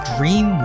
Dream